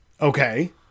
okay